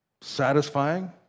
satisfying